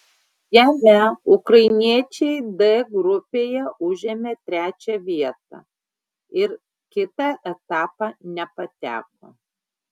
jame ukrainiečiai d grupėje užėmė trečią vietą ir kitą etapą nepateko